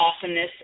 awesomeness